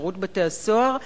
שירות בתי-הסוהר,